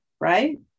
right